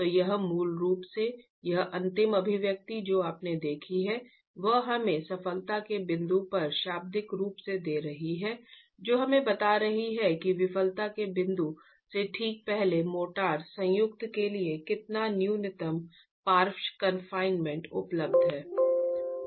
तो यह मूल रूप से यह अंतिम अभिव्यक्ति जो आपने देखी है वह हमें असफलता के बिंदु पर शाब्दिक रूप से दे रही है जो हमें बता रही है कि विफलता के बिंदु से ठीक पहले मोर्टार संयुक्त के लिए कितना न्यूनतम पार्श्व कॉनफिनेमेंट उपलब्ध है